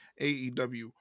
AEW